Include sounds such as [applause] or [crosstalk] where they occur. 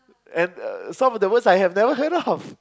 and uh some of the words I have never heard of [laughs]